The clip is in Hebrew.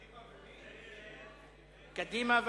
ההסתייגות של קבוצת סיעת קדימה,